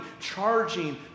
charging